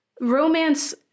romance